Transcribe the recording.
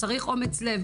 צריך אומץ לב,